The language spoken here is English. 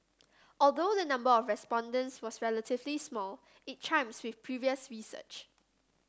although the number of respondents was relatively small it chimes with previous research